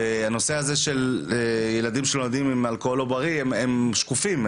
הנושא הזה של אלכוהול עוברי, הילדים האלה שקופים.